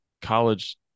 college